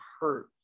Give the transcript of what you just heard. hurt